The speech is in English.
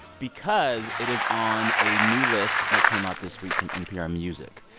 because it is on a new list that came out this week from npr music.